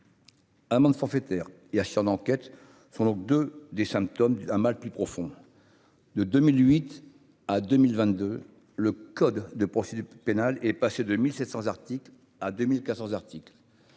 Amende forfaitaire et d'enquête sont donc de des symptômes d'un mal plus profond de 2008 à 2022 le code de procédure pénale est passé de 1700 Arctique, à 2014 articles